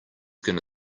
gonna